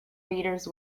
readers